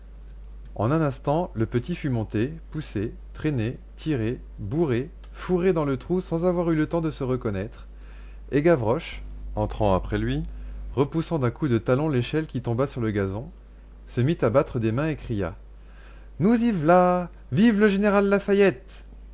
en un instant le petit fut monté poussé traîné tiré bourré fourré dans le trou sans avoir eu le temps de se reconnaître et gavroche entrant après lui repoussant d'un coup de talon l'échelle qui tomba sur le gazon se mit à battre des mains et cria nous y v'là vive le général lafayette